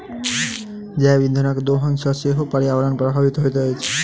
जैव इंधनक दोहन सॅ सेहो पर्यावरण प्रभावित होइत अछि